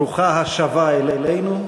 ברוכה השבה אלינו.